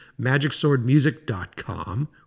magicswordmusic.com